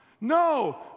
No